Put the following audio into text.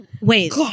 Wait